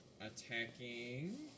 attacking